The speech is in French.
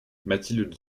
mathilde